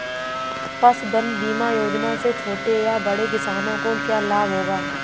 पशुधन बीमा योजना से छोटे या बड़े किसानों को क्या लाभ होगा?